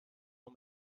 oma